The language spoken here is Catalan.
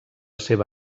seva